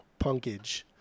punkage